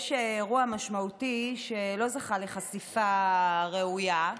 יש אירוע משמעותי שלא זכה לחשיפה ראויה.